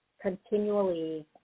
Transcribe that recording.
continually